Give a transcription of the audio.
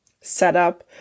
setup